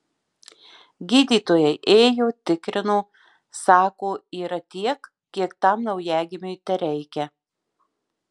gydytojai ėjo tikrino sako yra tiek kiek tam naujagimiui tereikia